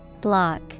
Block